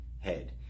head